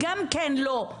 גם כן לא,